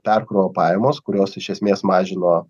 perkrovų pajamos kurios iš esmės mažino